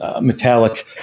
metallic